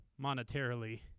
monetarily